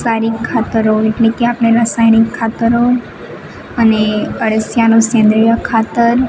સારી ખાતરો એટલે કે આપણે રાસાયણિક ખાતરો અને અળસિયાનું સેન્દ્રીય ખાતર